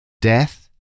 Death